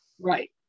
Right